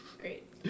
great